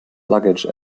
luggage